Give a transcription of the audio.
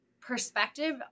perspective